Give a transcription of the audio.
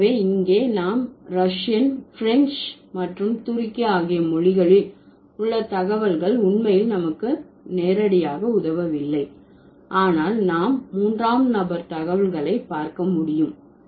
எனவே இங்கே நாம் ரஷியன் பிரஞ்சு மற்றும் துருக்கி ஆகிய மொழிகளில் உள்ள தகவல்கள் உண்மையில் நமக்கு நேரடியாக உதவவில்லை ஆனால் நாம் மூன்றாம் நபர் தகவல்களை பார்க்க முடியும்